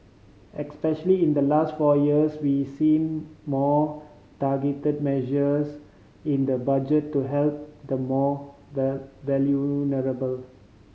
especially in the last four years we seen more targeted measures in the Budget to help the more vulnerable